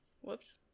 Whoops